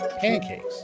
pancakes